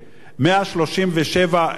137,000